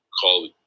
call